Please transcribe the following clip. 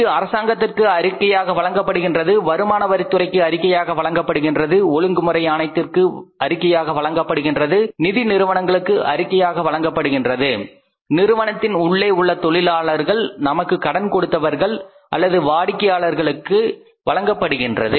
இது அரசாங்கத்திற்கு அறிக்கையாக வழங்கப்படுகின்றது வருமான வரித்துறைக்கு அறிக்கையாக வழங்கப்படுகின்றது ஒழுங்குமுறை ஆணையத்திற்கு அறிக்கையாக வழங்கப்படுகின்றது நிதி நிறுவனங்களுக்கு அறிக்கையாக வழங்கப்படுகின்றது நிறுவனத்தின் உள்ளே உள்ள தொழிலாளர்கள் நமக்கு கடன் கொடுத்தவர்கள் அல்லது வாடிக்கையாளர்கள் ஆகியோருக்கு வழங்கப்படுகின்றது